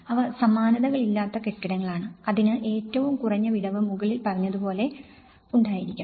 അവ സമാനതകളില്ലാത്ത കെട്ടിടങ്ങളാണ് അതിന് ഏറ്റവും കുറഞ്ഞ വിടവ് മുകളിൽ പറഞ്ഞതുപോലെ ഉണ്ടായിരിക്കണം